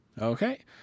Okay